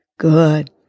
Good